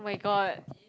my-god